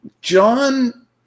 John